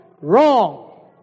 wrong